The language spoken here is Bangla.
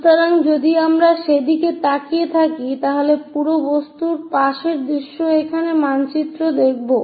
সুতরাং যদি আমরা সেদিকে তাকিয়ে থাকি তাহলে এই পুরো বস্তুর পাশের দৃশ্য এখানে মানচিত্রে দেখবো